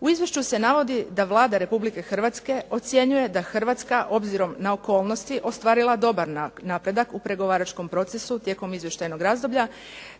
U izvješću se navodi da Vlada Republike Hrvatske ocjenjuje da Hrvatska obzirom na okolnosti je ostvarila dobar napredak u pregovaračkom procesu tijekom izvještajnog razdoblja